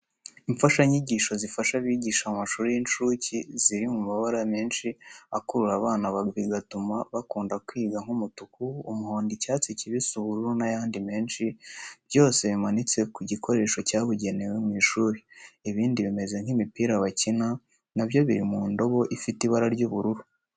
Imfashanyigisho zifasha abigisha mu mashuri y'incuke, ziri mu mabara menshi akurura abana bigatuma bakunda kwiga nk'umutuku, umuhondo, icyatsi kibisi, ubururu n'ayandi menshi byose bimanitse ku gikoresho cyabugenewe mu ishuri. Ibindi bimeze nk'imipira bakina na byo biri mu ndobo ifite ibara ry'ubururu.